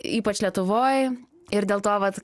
ypač lietuvoj ir dėl to vat